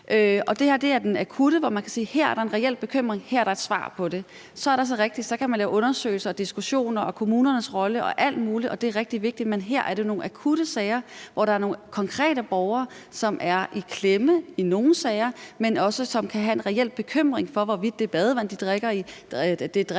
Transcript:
og det her er en akut sag, hvor man kan sige: Her er der en reel bekymring, og her er der et svar på det. Så er det rigtigt, at man kan lave undersøgelser, have diskussioner og tale om kommunernes rolle og alt muligt andet, og det er rigtig vigtigt, men her er det nogle akutte sager, hvor der er nogle konkrete borgere, som er i klemme i nogle sager, men som også kan have en reel bekymring for, hvorvidt det vand, de drikker, er forurenet